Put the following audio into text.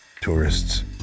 tourists